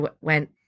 went